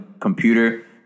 computer